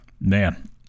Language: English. man